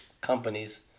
companies